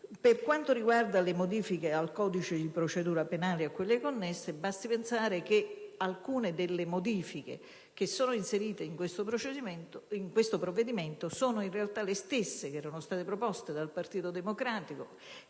Per quanto riguarda invece le modifiche al codice di procedura penale e alle normative connesse, basti pensare che alcune delle modifiche inserite in questo provvedimento sono in realtà le stesse proposte dal Partito Democratico